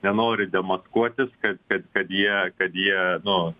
nenori demaskuotis kad kad kad jie kad jie nu